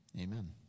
Amen